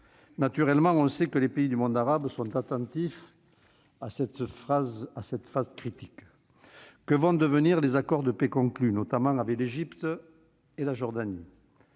Naturellement, on sait que les pays du monde arabe sont attentifs à cette phase critique. Que vont devenir les accords de paix notamment conclus avec l'Égypte et la Jordanie ?